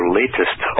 latest